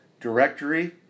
directory